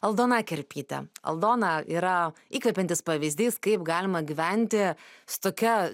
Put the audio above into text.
aldona kerpytė aldona yra įkvepiantis pavyzdys kaip galima gyventi su tokia